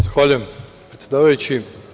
Zahvaljujem, predsedavajući.